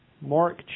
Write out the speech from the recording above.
Mark